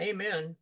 Amen